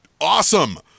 awesome